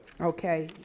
okay